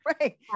right